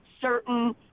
certain